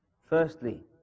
firstly